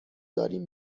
داریم